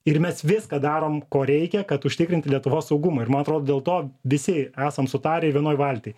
ir mes viską darom ko reikia kad užtikrinti lietuvos saugumą ir man atrodo dėl to visi esam sutarę vienoj valty